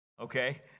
Okay